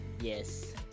Yes